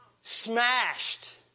smashed